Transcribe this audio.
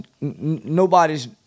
nobody's